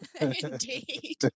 Indeed